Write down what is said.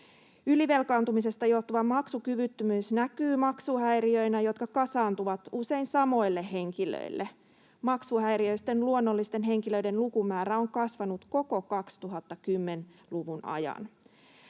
Ylivelkaantumisesta johtuva maksukyvyttömyys näkyy maksuhäiriöinä, jotka kasaantuvat usein samoille henkilöille. Maksuhäiriöisten luonnollisten henkilöiden lukumäärä on kasvanut koko 2010-luvun ajan.